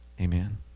Amen